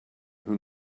who